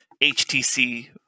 HTC